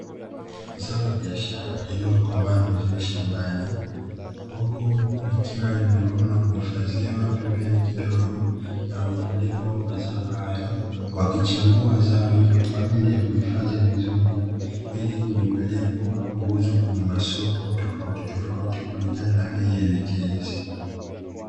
Zao la biashara lililokomaa vizuri shambani, huku likiwa limevunwa na kuhifadhiwa pembeni kidogo na wakulima wa mazao hayo, wakichambua zao hilo kwa ajili ya kuhifadhi vizuri ili kulipeleka kuuzwa kwenye masoko tofautitofauti kulingana na bei elekezi.